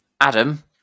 Adam